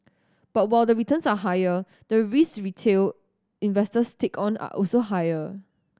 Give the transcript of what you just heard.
but while the returns are higher the risks retail investors take on are also higher